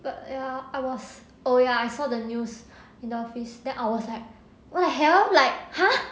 but ya I was oh ya I saw the news in the office then I was like what the hell like !huh! like